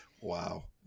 wow